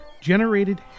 generated